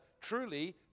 Truly